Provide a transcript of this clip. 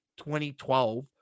2012